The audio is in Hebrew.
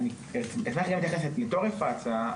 אשמח להתייחס לתורף הצעה,